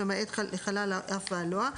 למעט לחלל האף והלוע,